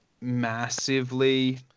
massively